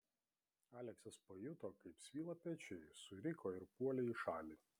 aleksas pajuto kaip svyla pečiai suriko ir puolė į šalį